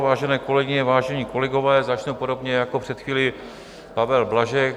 Vážené kolegyně, vážení kolegové, začnu podobně jako před chvílí Pavel Blažek.